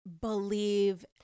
believe